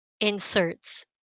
inserts